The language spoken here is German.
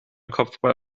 kopfball